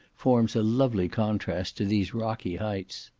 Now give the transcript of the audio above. forms a lovely contrast to these rocky heights.